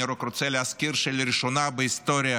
אני רק רוצה להזכיר שלראשונה בהיסטוריה